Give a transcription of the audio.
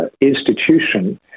institution